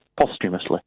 posthumously